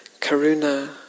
karuna